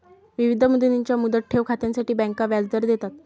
विविध मुदतींच्या मुदत ठेव खात्यांसाठी बँका व्याजदर देतात